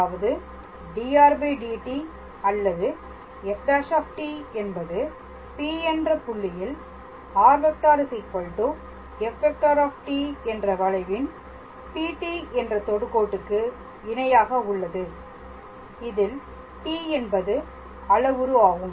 அதாவது dr dt or f என்பது P என்ற புள்ளியில் r⃗f⃗ என்ற வளைவின் PT என்ற தொடுகோட்டுக்கு இணையாக உள்ளது இதில் t என்பது அளவுரு ஆகும்